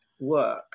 work